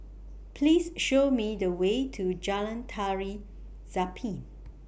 Please Show Me The Way to Jalan Tari Zapin